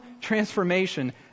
transformation